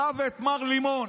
אותה ואת מר לימון,